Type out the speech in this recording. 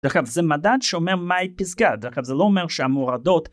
דרך אגב זה מדד שאומר מהי פסגה, דרך אגב זה לא אומר שהמורדות